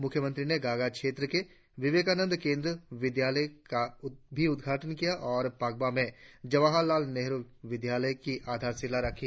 मूख्यमंत्री ने गागा क्षेत्र के विवेकानंद केंद्र विद्यालय का भी उद्घाटन किया और पाकबा में जवाहरलाल नेहरु विद्यालय की आधारशिला रखी